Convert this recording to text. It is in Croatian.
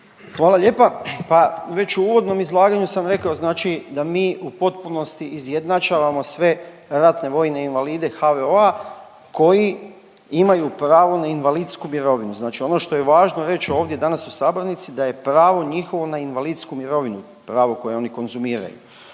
Hvala lijepa. Pa već u uvodnom izlaganju sam rekao da mi u potpunosti izjednačavamo sve ratne vojne invalide HVO-a koji imaju pravo na invalidsku mirovinu. Znači ono što je važno reć ovdje danas u sabornici, da je pravo njihovo na invalidsku mirovinu pravo koje oni konzumiraju.